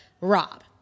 Rob